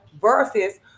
versus